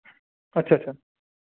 ਅੱਛਾ ਅੱਛਾ